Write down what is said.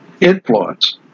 influence